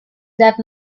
that